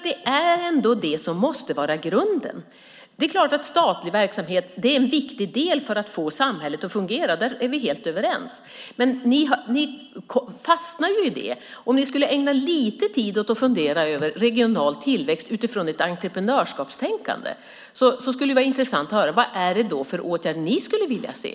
Det är ändå det som måste vara grunden. Det är klart att statlig verksamhet är en viktig del för att få samhället att fungera - där är vi helt överens - men ni fastnar i det. Om ni ägnade åtminstone lite tid åt att fundera över regional tillväxt utifrån ett entreprenörskapstänkande skulle det vara intressant att höra vilka åtgärder ni då skulle vilja se.